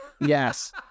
Yes